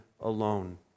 alone